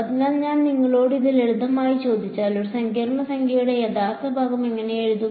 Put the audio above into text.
അതിനാൽ ഞാൻ നിങ്ങളോട് ഇത് ലളിതമായി ചോദിച്ചാൽ ഒരു സങ്കീർണ്ണ സംഖ്യയുടെ യഥാർത്ഥ ഭാഗം എങ്ങനെ എഴുതും